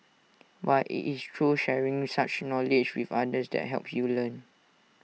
but IT is through sharing such knowledge with others that helps you learn